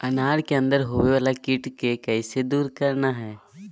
अनार के अंदर होवे वाला कीट के कैसे दूर करना है?